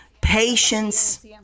patience